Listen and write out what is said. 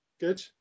Good